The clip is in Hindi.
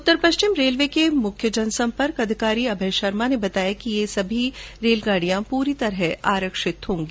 उत्तर पश्चिम रेलवे के मुख्य जनसंपर्क अधिकारी अभय शर्मा ने बताया कि ये सभी ट्रेन पूरी तरह आरक्षित रहेंगी